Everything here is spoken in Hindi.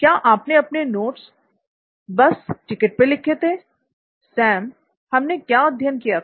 क्या आपने अपने नोट्स बस टिकट पर लिखे थे सैम हमने क्या अध्ययन किया था